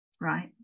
Right